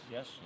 Yes